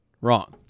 wrong